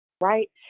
Right